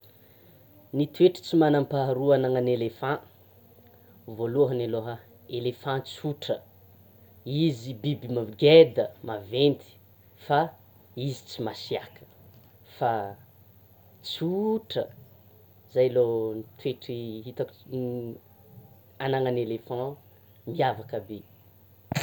Ny toetra tsy manam-paharoa anana'ny éléphant, voalohany aloha, éléphant tsotra, izy biby geda maventy fa izy tsy masiaka; fa tsotra! izay aloha ny toetry hitako anan'ny éléphant miavaka be.